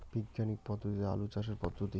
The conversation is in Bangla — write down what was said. বিজ্ঞানিক পদ্ধতিতে আলু চাষের পদ্ধতি?